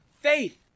Faith